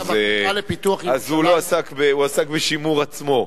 אז הוא עסק בשימור עצמו.